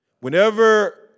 Whenever